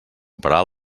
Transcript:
parar